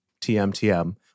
TMTM